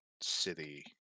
city